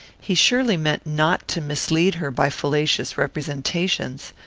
he surely meant not to mislead her by fallacious representations.